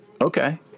Okay